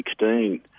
2016